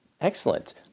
excellent